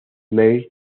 mary